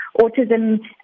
autism